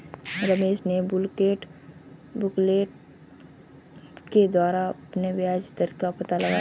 रमेश ने बुकलेट के द्वारा अपने ब्याज दर का पता लगाया